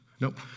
Nope